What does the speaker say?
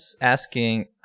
asking